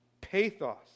Pathos